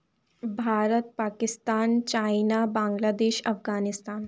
Bharat Pakistan China Bangladesh Afghanistan